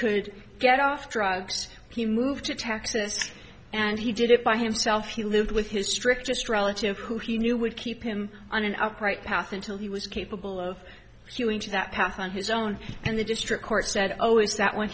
could get off drugs he moved to texas and he did it by himself he lived with his strictest relative who he knew would keep him on an upright path until he was capable of doing to that path on his own and the district court said always that